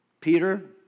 Peter